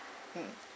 hmm